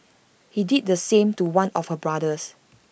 he did the same to one of her brothers